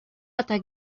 hasta